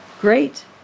great